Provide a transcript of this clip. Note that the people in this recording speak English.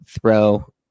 throw